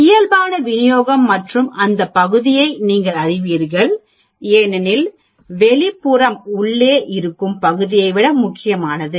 இயல்பான விநியோகம் மற்றும் அந்த பகுதியை நீங்கள் அறிவீர்கள் ஏனெனில் வெளிப்புறம் உள்ளே இருக்கும் பகுதியை விட முக்கியமானது